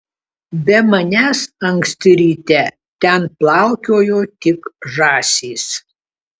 be manęs anksti ryte ten plaukiojo tik žąsys